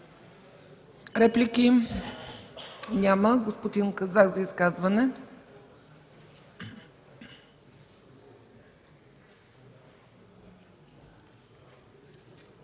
Реплики? Няма. Господин Казак – за изказване